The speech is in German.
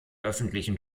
öffentlichen